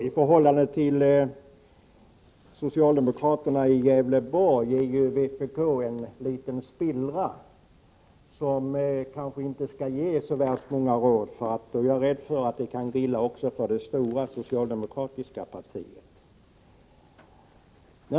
I förhållande till det socialdemokratiska partiet i Gävleborgs län är ju vpk en spillra, som jag kanske inte skall ge så värst många råd, för jag är rädd att det då kan gå illa också för det stora socialdemokratiska partiet.